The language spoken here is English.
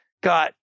got